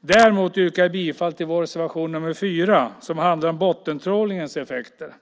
Däremot yrkar jag bifall till vår reservation nr 4 som handlar om bottentrålningens effekter.